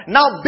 Now